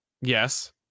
Yes